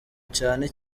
cyane